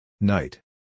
Night